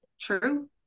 True